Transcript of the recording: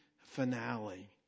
Finale